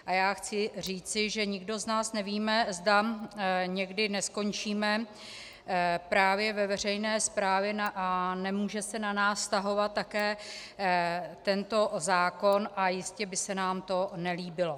A já chci říci, že nikdo z nás nevíme, zda někdy neskončíme právě ve veřejné správě a nemůže se na nás vztahovat také tento zákon a jistě by se nám to nelíbilo.